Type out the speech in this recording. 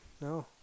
no